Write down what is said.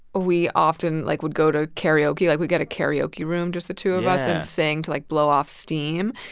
we often, like, would go to karaoke. like, we'd get a karaoke room, just the two of us, and sing to, like, blow off steam.